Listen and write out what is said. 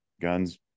guns